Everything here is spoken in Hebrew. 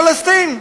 לפלסטין.